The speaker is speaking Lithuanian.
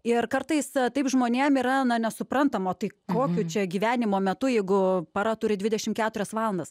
ir kartais taip žmonėm yra na nesuprantama o tai kokiu čia gyvenimo metu jeigu para turi dvidešim keturias valandas